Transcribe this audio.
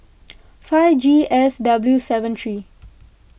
five G S W seven three